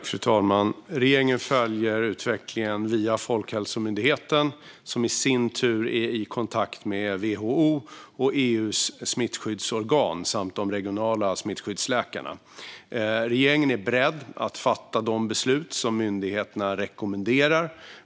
Fru talman! Regeringen följer utvecklingen via Folkhälsomyndigheten, som i sin tur är i kontakt med WHO och EU:s smittskyddsorgan samt de regionala smittskyddsläkarna. Regeringen är beredd att fatta de beslut som myndigheterna rekommenderar.